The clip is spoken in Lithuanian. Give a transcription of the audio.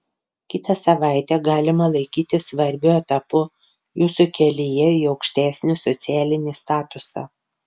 kitą savaitę galima laikyti svarbiu etapu jūsų kelyje į aukštesnį socialinį statusą